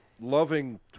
loving